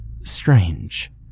strange